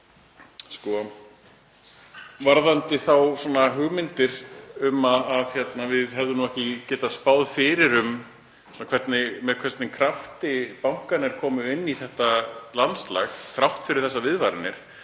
Varðandi hugmyndir um að við hefðum ekki getað spáð fyrir um það af hvaða krafti bankarnir komu inn í þetta landslag, þrátt fyrir þessar viðvaranir,